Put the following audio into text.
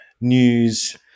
news